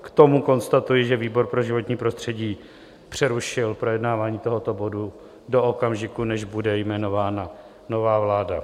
K tomu konstatuji, že výbor pro životní prostředí přerušil projednávání tohoto bodu do okamžiku, než bude jmenována nová vláda.